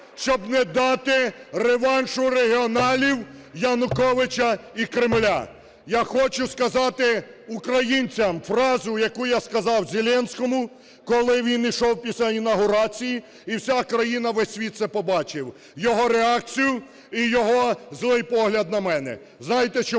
щоб не дати реваншу регіоналів, Януковича і Кремля. Я хочу сказати українцям фразу, яку я сказав Зеленському, коли він ішов після інавгурації, і вся країна, весь світ це побачив його реакцію і його злий погляд на мене. Знаєте чому?